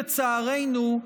לצערנו,